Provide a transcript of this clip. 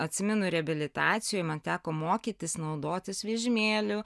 atsimenu reabilitacijoj man teko mokytis naudotis vežimėliu